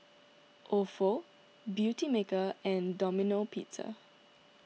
Ofo Beautymaker and Domino Pizza